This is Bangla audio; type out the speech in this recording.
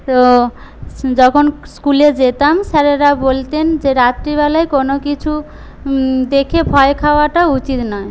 তো যখন স্কুলে যেতাম স্যারেরা বলতেন যে রাত্রিবেলায় কোনো কিছু দেখে ভয় খাওয়াটা উচিত নয়